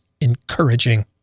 encouraging